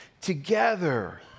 together